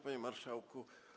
Panie Marszałku!